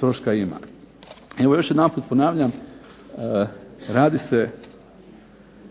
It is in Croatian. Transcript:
troška ima. Evo još jedanput ponavljam radi se